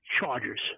Chargers